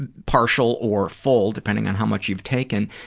ah partial or full, depending on how much you've taken,